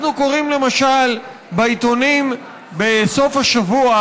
אנחנו קוראים למשל בעיתונים בסוף השבוע